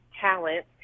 talent